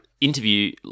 interview